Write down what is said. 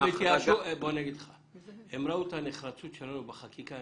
הם ראו את הנחרצות שלנו בחקיקה,